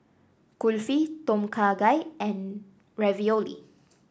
Kulfi Tom Kha Gai and Ravioli